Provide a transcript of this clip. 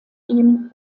ihm